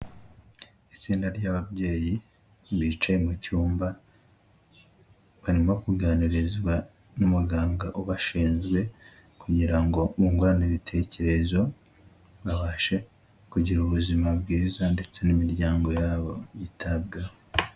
Itsinda ry'ababyeyi bicaye mu cyumba barimo kuganirizwa n'umuganga ubashinzwe kugirango bungurane ibitekerezo babashe kugira ubuzima bwiza ndetse n'imiryango yabo bitabwaho.